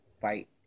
fight